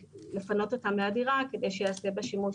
לפנות אותם מהדירה כדי שיעשה בה שימוש.